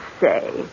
say